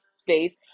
space